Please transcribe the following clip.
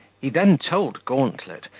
he then told gauntlet,